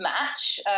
match